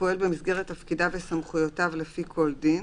הפועל במסגרת תפקידיו וסמכויותיו לפי כל דין"